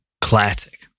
classic